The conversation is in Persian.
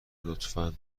لطفا